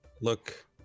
Look